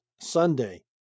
Sunday